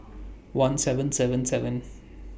one seven seven seven